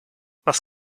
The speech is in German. was